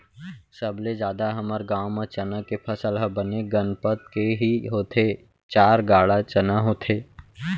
सबले जादा हमर गांव म चना के फसल ह बने गनपत के ही होथे चार गाड़ा चना होथे